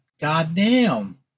goddamn